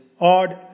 odd